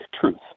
truth